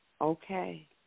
Okay